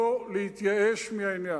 לא להתייאש מהעניין.